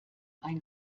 ein